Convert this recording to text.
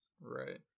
Right